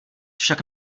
však